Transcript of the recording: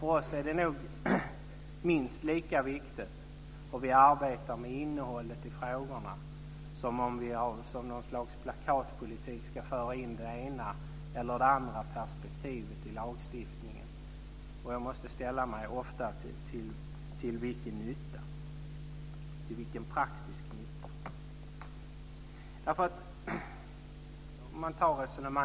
För oss är det minst lika viktigt att vi arbetar med innehållet i frågorna som att med något slags plakatpolitik föra in det ena eller det andra perspektivet i lagstiftningen. Jag ställer mig ofta frågan: Till vilken praktisk nytta är det?